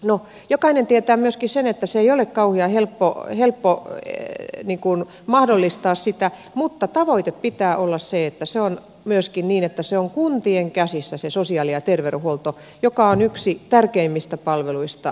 no jokainen tietää myöskin sen että ei ole kauhean helppoa mahdollistaa sitä mutta tavoitteena pitää olla myöskin se että on kuntien käsissä se sosiaali ja terveydenhuolto joka on yksi tärkeimmistä palveluista kunnalle